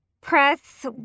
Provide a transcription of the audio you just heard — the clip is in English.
press